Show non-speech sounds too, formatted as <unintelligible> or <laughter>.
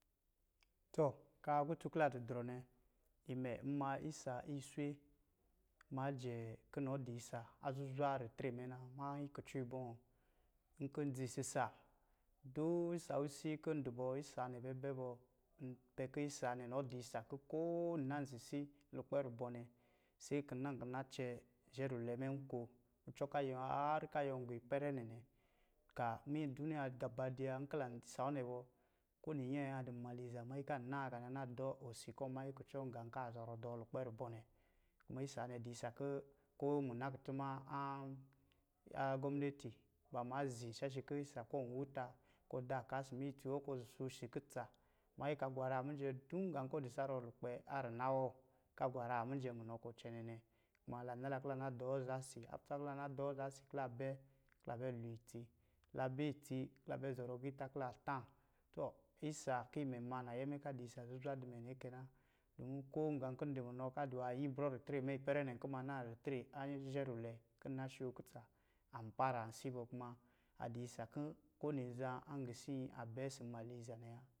Tɔ, kaa kutu kila di drɔ nɛ, imɛ ni maa isa iswe ma jɛɛ ki nɔ di isa a zuzwa ritre mɛ na. Manyi kucɔ ibɔ̄, nki n dzi sisa <unintelligible> isa wisii kɔ̄ du bɔ, isa nɛ bɛ bɛ bɔɔ, n pɛ ki isa nɛ nɔ di isa kɔ̄ koo inan sisi lukpɛ rubɔ nɛ, se ki nan ni n na cɛ zhɛ rulwɛ mɛ nko, kucɔ ka yuwɔ̄ harr, ka yuwɔ̄ gu ipɛrɛ nɛ nɛ. Ka minyɛ iduniya gaba dvua n ki lan dzi saa wɔ̄ nɛ bɔɔ, ko niyɛ a di nmaliza manyi kan naa ka na na dɔɔ osi kɔ̄ manyi kucɔ gā kaa zɔrɔ dɔɔ lukpɛ rubɔ nɛ. Kuma isa nɛ du isa kɔ̄, ko munakutuma <hesitation> a gɔminati ba maa zi shashi kɔ̄ ɔ wuta kɔ da ka si minyɛ itsi wɔ kɔ shosi kutsa manyi ka gwara mijɛ dun gā kɔ di sarɔ lukpɛ a rina wɔ ka gwaraa mijɛ munɔ kɔ cɛnɛ nɛ. Kuma laa na la ki lana dɔɔ aza si. <unintelligible> kilabɛ, kila bɛ loo itsi. Labɛ itsi ki la bɛ zɔrɔ giitā ki la tā. Tɔ, isa ki mɛ ma nayɛ mɛ ka di isa zuzwa di mɛ nɛ kɛ na. Dumu ko gā kɔ̄ di munɔ ka di waa yibrɔ ritre mɛ ipɛrɛ nɛ, kɔ̄ n ma naa ritre a zhɛ rulwɛ, kɔ̄ na shookutsa, a paransi bɔ, kuma a di isa nwā kɔ̄ ko nizan an gisii a bɛ si nmaliza nɛ wa.